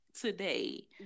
today